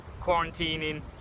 quarantining